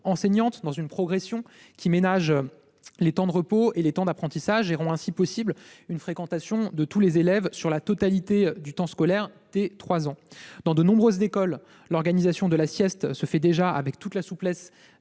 enseignantes dans une progression qui ménage les temps de repos et les temps d'apprentissage et rend ainsi possible une fréquentation de tous les élèves sur la totalité du temps scolaire dès 3 ans. Dans de nombreuses écoles, l'organisation de la sieste se fait déjà avec toute la souplesse